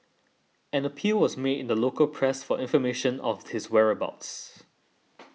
an appeal was made the local press for information of his whereabouts